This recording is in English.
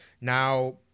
now